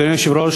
אדוני היושב-ראש,